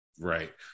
Right